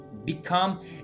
Become